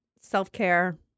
self-care